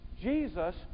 Jesus